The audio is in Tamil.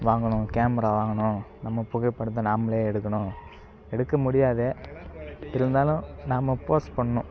வாங்கணும் கேமரா வாங்கணும் நம்ம புகைப்படத்தை நாம்மளே எடுக்கணும் எடுக்க முடியாது இருந்தாலும் நாம்ம போஸ்ட் பண்ணணும்